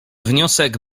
wniosek